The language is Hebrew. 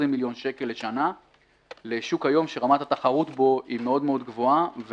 מיליון שקל לשנה לשוק שרמת התחרות בו היום היא מאוד מאוד גבוהה,